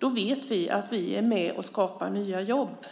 vet vi att vi är med och skapar nya jobb.